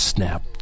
Snap